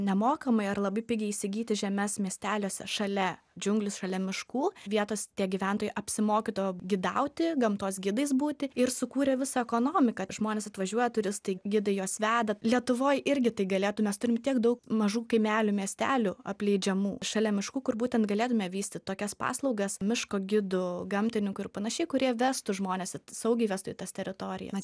nemokamai ar labai pigiai įsigyti žemes miesteliuose šalia džiunglių šalia miškų vietos tie gyventojai apsimokydavo gidauti gamtos gidais būti ir sukūrė visą ekonomiką žmonės atvažiuoja turistai gidai juos veda lietuvoj irgi galėtų mes turim tiek daug mažų kaimelių miestelių apleidžiamų šalia miškų kur būtent galėtume vystyt tokias paslaugas miško gidų gamtininkų ir panašiai kurie vestų žmones į saugiai vestų į tas teritorijas